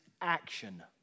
action